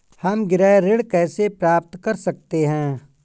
हम गृह ऋण कैसे प्राप्त कर सकते हैं?